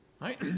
right